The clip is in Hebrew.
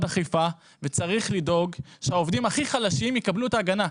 אכיפה וצריך לדאוג שהעובדים הכי חלשים יקבלו את ההגנה.